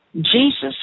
Jesus